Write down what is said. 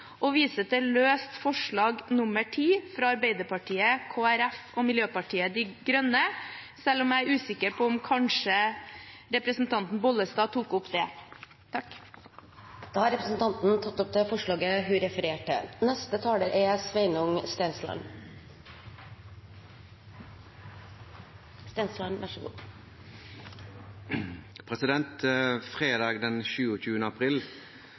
og også løst forslag nr. 10, fra Arbeiderpartiet, Kristelig Folkeparti og Miljøpartiet De Grønne – selv om jeg er usikker på om representanten Bollestad tok opp det. Da har representanten Ingvild Kjerkol tatt opp de forslagene hun refererte til.